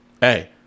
hey